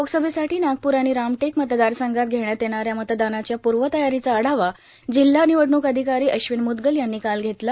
लोकसभेसाठी नागपूर आणि रामटेक मतदारसंघात घेण्यात येणाऱ्या मतदानाच्या पूर्वतयरीचा आढावा जिल्हा निवडणूक अधिकारी अश्विन मुदगल यांनी काल घेतला